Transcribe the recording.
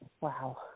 wow